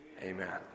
amen